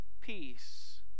peace